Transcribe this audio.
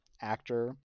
actor